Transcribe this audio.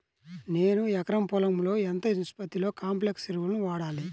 నేను ఎకరం పొలంలో ఎంత నిష్పత్తిలో కాంప్లెక్స్ ఎరువులను వాడాలి?